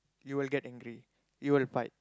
you will get angry you will fight